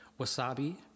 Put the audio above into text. Wasabi